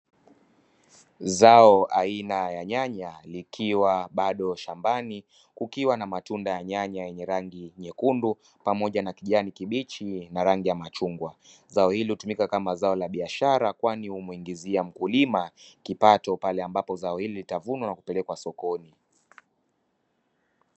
Zao aina ya nyanya likiwa bado shambani, kukiwa na matunda ya nyanya yenye rangi nyekundu, pamoja na kijani kibichi na rangi ya machungwa. Zao hili hutumika kama zao la biashara, kwani humuingizia mkulima kipato pale ambapo zao hili litavunwa na kupelekwa sokoni.